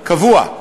קבוע.